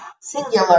singular